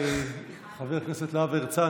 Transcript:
חבר הכנסת להב הרצנו,